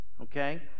Okay